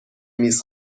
میز